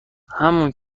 همون